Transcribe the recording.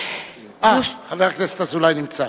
אה, חבר הכנסת אזולאי נמצא.